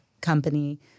company